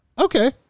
okay